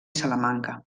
salamanca